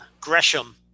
Gresham